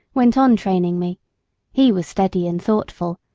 went on training me he was steady and thoughtful,